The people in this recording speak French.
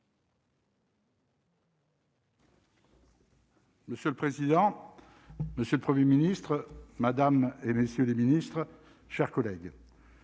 Monsieur le président, Monsieur le 1er ministre Madame et messieurs les Ministres, chers collègues,